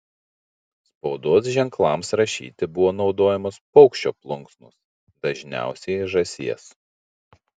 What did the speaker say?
spaudos ženklams rašyti buvo naudojamos paukščio plunksnos dažniausiai žąsies